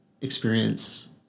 experience